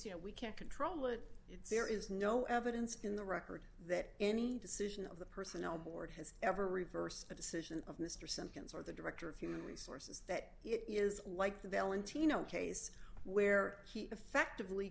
you know we can't control it it's there is no evidence in the record that any decision of the personnel board has ever reversed the decision of mr simkins or the director of human resources that it is like the valentino case where he effectively